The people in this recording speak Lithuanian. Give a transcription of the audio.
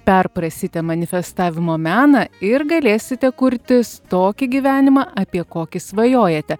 perprasite manifestavimo meną ir galėsite kurtis tokį gyvenimą apie kokį svajojate